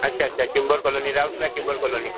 ଆଚ୍ଛା ଆଚ୍ଛା timber colony Rourkela timber colony